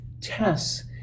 tests